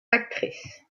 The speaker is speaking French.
actrice